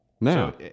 Now